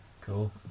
Cool